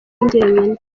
njyenyine